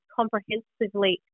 comprehensively